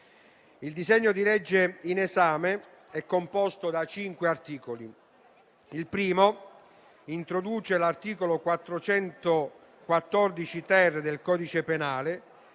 Il disegno di legge in esame è composto da cinque articoli: il primo introduce l'articolo 414*-ter* del codice penale,